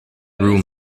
room